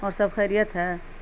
اور سب خیریت ہے